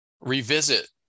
revisit